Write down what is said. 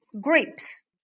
Grapes